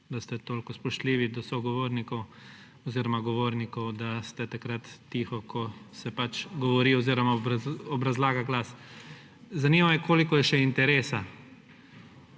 da ste toliko spoštljivi do sogovornikov oziroma govornikov, da ste takrat tiho, ko se govori oziroma obrazlaga glas. Zanima me, koliko je še interesa.